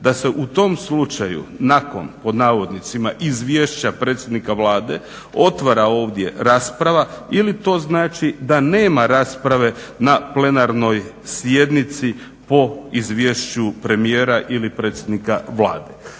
da se u tom slučaju nakon "izvješća" predsjednika Vlade otvara ovdje rasprava ili to znači da nema rasprave na plenarnoj sjednici po izvješću premijera ili predsjednika Vlade.